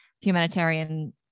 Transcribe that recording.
humanitarian